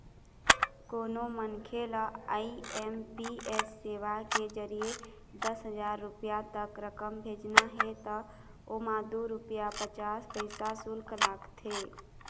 कोनो मनखे ल आई.एम.पी.एस सेवा के जरिए दस हजार रूपिया तक रकम भेजना हे त ओमा दू रूपिया पचास पइसा सुल्क लागथे